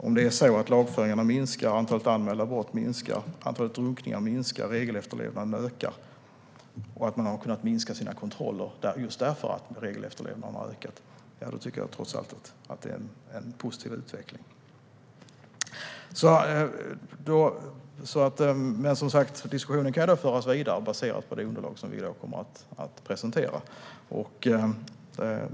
Om det är så att lagföringarna minskar, antalet anmälda brott minskar, antalet drunkningar minskar, regelefterlevnaden ökar och man har kunnat minska sina kontroller just för att regelefterlevnaden ökat tycker jag trots allt att det är en positiv utveckling. Men som sagt kan diskussionen föras vidare baserat på det underlag som vi kommer att presentera.